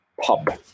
pub